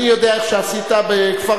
אני יודע איך שעשית בכפרך,